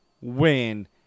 win